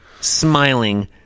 smiling